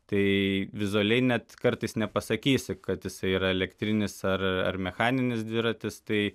tai vizualiai net kartais nepasakysi kad jisai yra elektrinis ar ar mechaninis dviratis tai